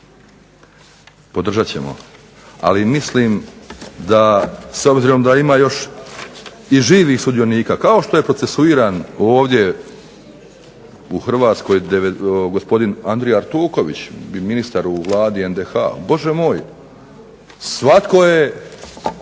Podržat ćemo, ali mislim da s obzirom da ima još i živih sudionika, kao što je procesuiran ovdje u Hrvatskoj gospodin Andrija Artuković ministar u Vladi NDH, Bože moj svatko je